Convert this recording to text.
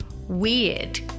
weird